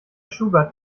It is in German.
schubert